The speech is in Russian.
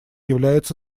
является